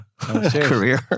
career